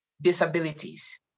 disabilities